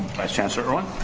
vice chancellor irwin.